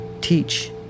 teach